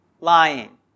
lying